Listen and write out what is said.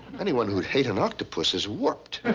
anyone who'd hate an octopus is warped.